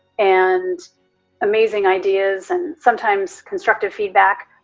and amazing ideas, and sometimes constructive feedback,